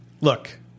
Look